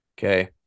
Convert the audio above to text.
Okay